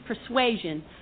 persuasion